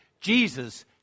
Jesus